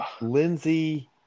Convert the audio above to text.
Lindsay